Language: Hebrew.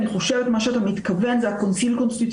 אני יודעת שאנחנו מדברים על הצעת החוק,